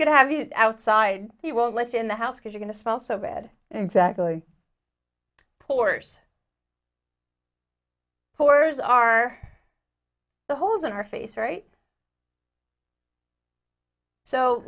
going to have you outside he won't let you in the house because you're going to smell so bad exactly pours pours are the holes in our face right so